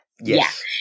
yes